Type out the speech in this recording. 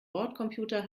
bordcomputer